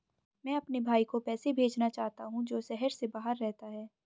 मैं अपने भाई को पैसे भेजना चाहता हूँ जो शहर से बाहर रहता है